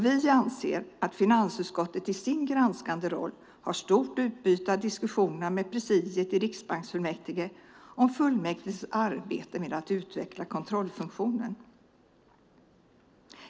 Vi anser att finansutskottet i sin granskande roll har stort utbyte av diskussionerna med presidiet i riksbanksfullmäktige om fullmäktiges arbete med att utveckla kontrollfunktionen.